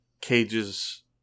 Cage's